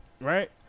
right